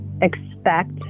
expect